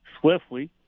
swiftly